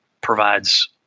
provides